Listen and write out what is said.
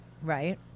Right